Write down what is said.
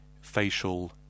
facial